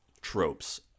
tropes